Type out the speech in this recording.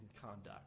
conduct